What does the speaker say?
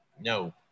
No